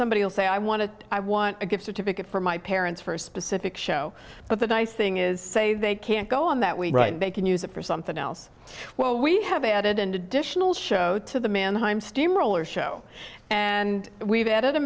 somebody will say i want to i want a gift certificate for my parents for a specific show but the nice thing is say they can't go on that we can use it for something else well we have added an additional show to the mannheim steamroller show and we've added a